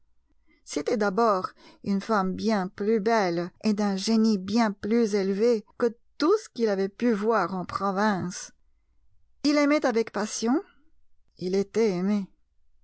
c'était d'abord une femme bien plus belle et d'un génie bien plus élevé que tout ce qu'il avait pu voir en province il aimait avec passion il était aimé